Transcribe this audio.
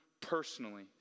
personally